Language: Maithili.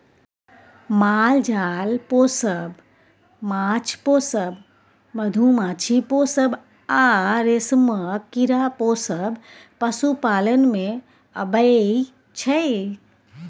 माल जाल पोसब, माछ पोसब, मधुमाछी पोसब आ रेशमक कीरा पोसब पशुपालन मे अबै छै